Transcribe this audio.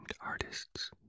artists